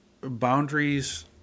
boundaries